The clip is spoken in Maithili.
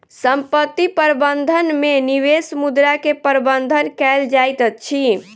संपत्ति प्रबंधन में निवेश मुद्रा के प्रबंधन कएल जाइत अछि